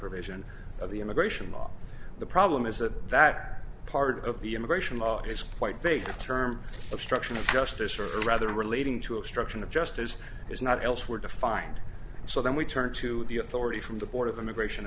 provision of the immigration law the problem is that that part of the immigration law is quite vague term obstruction of justice or rather relating to obstruction of justice is not elsewhere defined so then we turn to the authority from the board of immigration